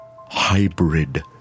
hybrid